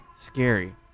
scary